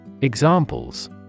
Examples